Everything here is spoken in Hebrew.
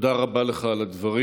תודה רבה לך על הדברים.